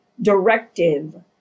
directive